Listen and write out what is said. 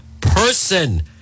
person